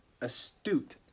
astute